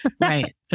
Right